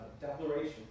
declaration